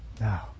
Now